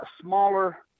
smaller